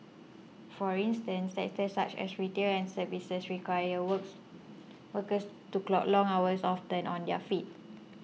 for instance sectors such as retail and services require works workers to clock long hours often on their feet